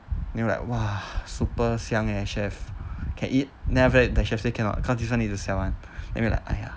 then we like !wah! super 香 eh chef can eat then after that the chef say cannot cause this one need to sell [one] then we like !aiya!